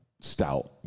stout